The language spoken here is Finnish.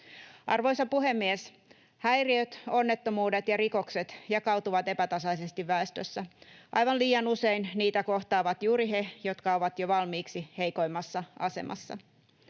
Arvoisa puhemies! Häiriöt, onnettomuudet ja rikokset jakautuvat epätasaisesti väestössä. Aivan liian usein niitä kohtaavat juuri he, jotka ovat jo valmiiksi heikoimmassa asemassa.